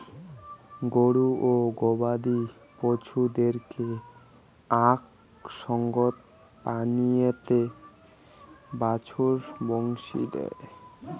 গরু ও গবাদি পছুদেরকে আক সঙ্গত পানীয়ে বাছুর বংনি দেই